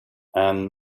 and